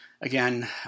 again